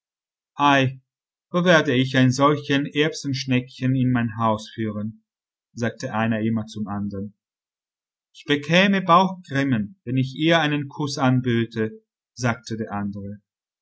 wo werde ich ein solches erbsenschneckchen in mein haus führen sagte einer immer zum andern ich bekäme bauchgrimmen wenn ich ihr einen kuß anböte sagte der andere